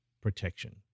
protection